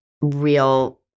real